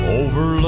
over